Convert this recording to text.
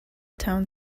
town